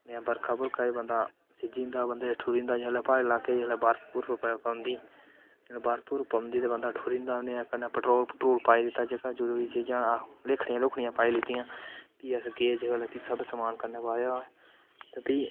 नेईं तां बरखै बुरखा च बंदा सिज्जी जंदा बंदा ठूरी जंदा जेल्लै प्हाड़ी लाकै च जेल्लै बर्फ बुर्फ पौंदी जेल्लै बर्फ बुर्फ पौंदी तां बंदा ठुरी जंदा कन्नै पैट्रोल पट्रूल पाई लैत्ता जेह्कियां जरूरी चीजां लेह्खड़ियां लुह्खड़ियां पाई लैत्तियां भी अस गे जिसलै सब समान कन्नै पाया ते भी